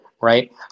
right